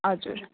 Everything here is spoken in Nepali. हजुर